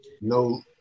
No